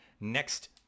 next